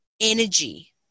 energy